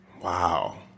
Wow